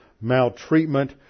maltreatment